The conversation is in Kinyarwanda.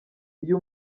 iyo